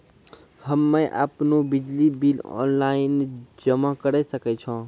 हम्मे आपनौ बिजली बिल ऑनलाइन जमा करै सकै छौ?